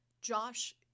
Josh